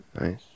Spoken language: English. Nice